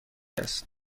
است